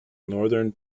northern